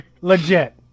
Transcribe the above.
Legit